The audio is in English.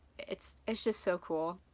it's it's just so cool.